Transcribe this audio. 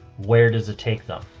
where does it take them?